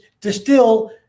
distill